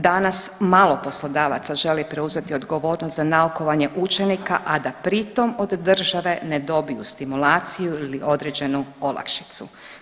Danas malo poslodavaca želi preuzeti odgovornost za naukovanje učenika, a da pri tom od države ne dobiju stimulaciju ili određenu olakšicu.